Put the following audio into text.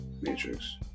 Matrix